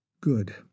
Good